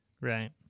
Right